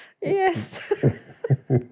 yes